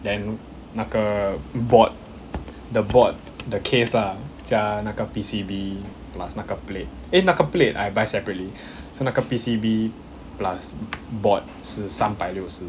then 那个 board the board the case ah 加那个 P_C_B plus 那个 plate eh 那个 plate I buy separately so 那个 P_C_B plus board 是三百六十